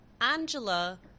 angela